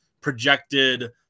projected